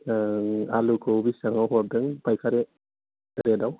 आलुखौ बेसेबाङाव हरदों पाइकारि रेटआव